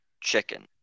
chicken